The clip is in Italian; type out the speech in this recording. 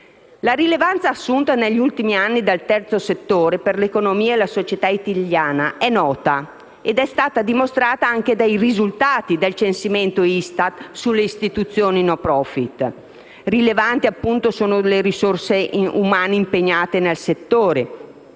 La rilevanza assunta negli ultimi anni dal terzo settore per l'economia e la società italiane è nota ed è stata dimostrata anche dai risultati del censimento ISTAT sulle istituzioni *no profit*: rilevanti, appunto, sono le risorse umane impegnate nel settore,